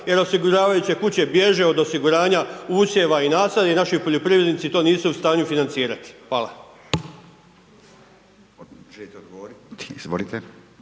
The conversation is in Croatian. jer osiguravajuće kuće bježe od osiguranja usjeva i nasada i naši poljoprivrednici to nisu u stanju financirati. Hvala.